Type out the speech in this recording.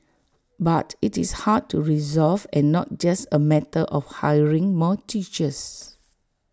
but IT is hard to resolve and not just A matter of hiring more teachers